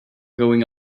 going